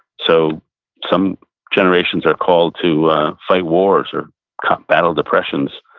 so some generations are called to fight wars or battle depressions,